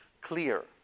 clear